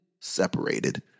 separated